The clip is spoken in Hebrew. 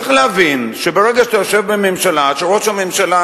צריך להבין שברגע שאתה יושב בממשלה שראש הממשלה